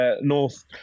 north